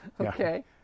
Okay